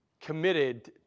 committed